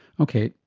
okay,